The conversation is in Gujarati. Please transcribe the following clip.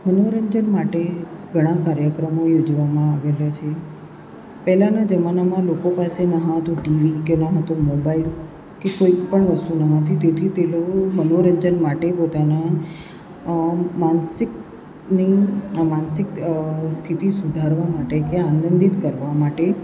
મનોરંજન માટે ઘણા કાર્યક્રમો યોજવામાં આવેલા છે પહેલાંના જમાનામાં લોકો પાસે ન હતું ટીવી કે ન હતો મોબાઇલ કે કોઈ પણ વસ્તુ ન હતી તેથી તે લોકો મનોરંજન માટે પોતાના માનસિક ને માનસિક સ્થિતિ સુધારવા માટે કે આનંદિત કરવા માટે